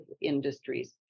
industries